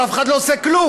אבל אף אחד לא עושה כלום.